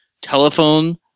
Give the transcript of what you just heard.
telephone